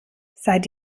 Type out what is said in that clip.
seid